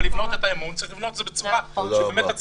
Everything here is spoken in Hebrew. אבל לבנות אמון צריך בצורה שהציבור